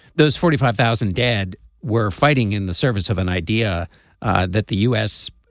those forty five thousand dad were fighting in the service of an idea that the u s.